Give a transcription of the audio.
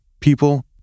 people